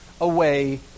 away